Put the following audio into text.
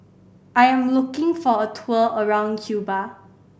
I am looking for a tour around Cuba